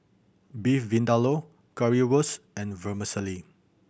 Beef Vindaloo Currywurst and Vermicelli